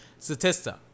Statista